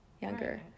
Younger